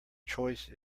choice